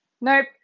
nope